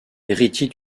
héritier